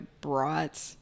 brought